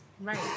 Right